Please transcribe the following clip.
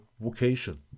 vocation